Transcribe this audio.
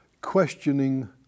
questioning